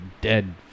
Dead